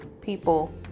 people